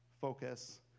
focus